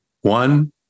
One